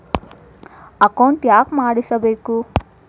Account ಯಾಕ್ ಮಾಡಿಸಬೇಕು?